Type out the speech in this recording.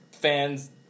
fans